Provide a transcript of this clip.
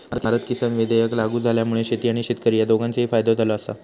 भारत किसान विधेयक लागू झाल्यामुळा शेती आणि शेतकरी ह्या दोघांचोही फायदो झालो आसा